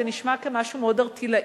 זה נשמע כמשהו מאוד ערטילאי.